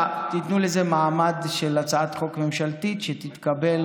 תיתנו לזה מעמד של הצעת חוק ממשלתית שתתקבל.